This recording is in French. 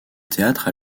théâtre